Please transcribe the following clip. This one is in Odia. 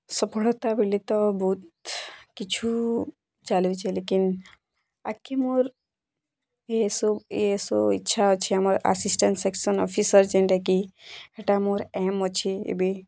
ସଫଳତା ବୋଲି ତ ବହୁତ୍ କିଛୁ ଚାଲୁଛେ ଲେକିନ୍ ଆଗ୍କେ ମୋର୍ ଏଏସ୍ଓ ଏଏସ୍ଓ ଇଛା ଅଛି ଆମର୍ ଆସିଷ୍ଟାଣ୍ଟ ସେକ୍ସନ୍ ଅଫିସର୍ ଯେନ୍ଟାକି ହେଟା ମୋର ଏମ୍ ଅଛି ଏବେ